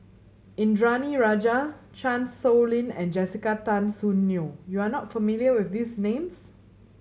Indranee Rajah Chan Sow Lin and Jessica Tan Soon Neo you are not familiar with these names